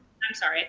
i'm sorry,